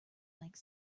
like